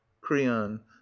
creon